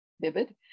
vivid